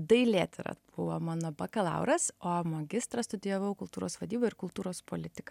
dailėtyrą buvo mano bakalauras o magistrą studijavau kultūros vadybą ir kultūros politiką